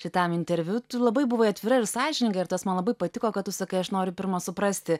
šitam interviu tu labai buvai atvira ir sąžininga ir tas man labai patiko kad tu sakai aš noriu pirma suprasti